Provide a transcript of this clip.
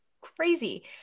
crazy